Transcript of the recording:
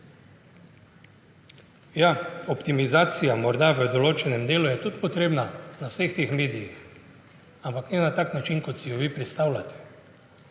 Ja, optimizacija je morda v določenem delu tudi potrebna v vseh teh medijih, ampak ne na tak način, kot si ga vi predstavljate.